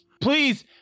Please